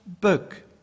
book